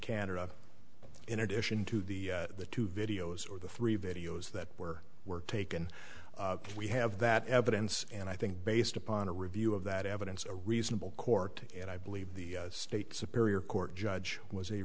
canada in addition to the the two videos or the three videos that were were taken we have that evidence and i think based upon a review of that evidence a reasonable court and i believe the states a period court judge was a